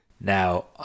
now